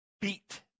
beat